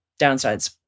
downsides